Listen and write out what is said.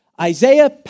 Isaiah